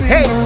Hey